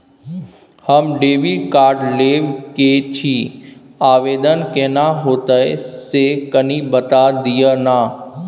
हम debit card लेब के छि, आवेदन केना होतै से कनी बता दिय न?